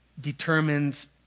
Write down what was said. determines